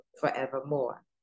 forevermore